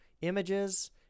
images